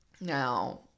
now